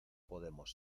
podemos